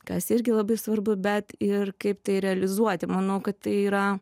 kas irgi labai svarbu bet ir kaip tai realizuoti manau kad tai yra